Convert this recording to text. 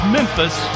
Memphis